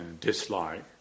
dislike